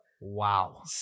Wow